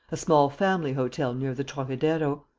a small family-hotel near the trocadero.